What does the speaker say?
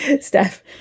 Steph